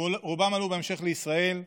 רובם עלו בהמשך לישראל,